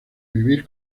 vivir